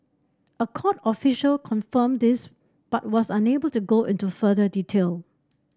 a court official confirmed this but was unable to go into further detail